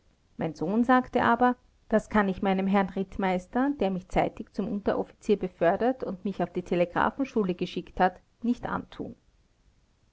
mein sohn sagte aber das kann ich meinem herrn rittmeister der mich zeitig zum unteroffizier befördert und mich auf die telegraphenschule geschickt hat nicht antun